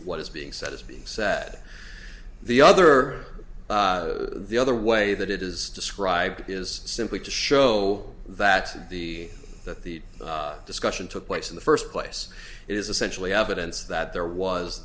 what is being said is being said the other the other way that it is described is simply to show that the that the discussion took place in the first place is essentially evidence that there was